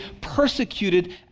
persecuted